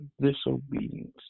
Disobedience